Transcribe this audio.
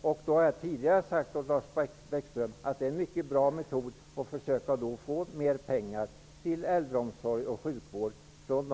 Jag har tidigare sagt till Lars Bäckström att det är en mycket bra metod med vilken man kan försöka få mera pengar till äldreomsorg och sjukvård.